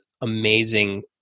amazing